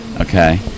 Okay